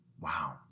Wow